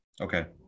okay